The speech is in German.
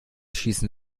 schießen